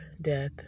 death